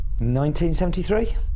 1973